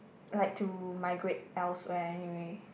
like to migrate elsewhere anyway